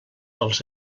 els